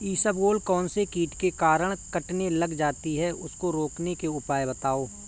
इसबगोल कौनसे कीट के कारण कटने लग जाती है उसको रोकने के उपाय बताओ?